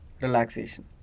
relaxation